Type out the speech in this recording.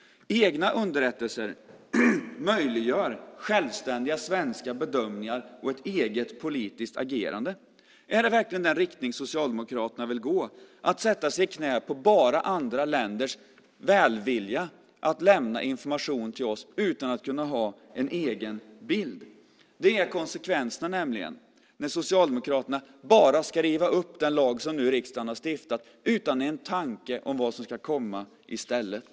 Egna underrättelser möjliggör självständiga svenska bedömningar och ett eget politiskt agerande. Är det verkligen i den riktningen Socialdemokraterna vill gå att sätta sig i knä på bara andra länders välvilja att lämna information till oss utan att kunna ha en egen bild? Det blir nämligen konsekvensen, när Socialdemokraterna bara ska riva upp den lag som riksdagen nu har stiftat utan en tanke om vad som ska komma i stället.